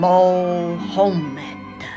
Mohammed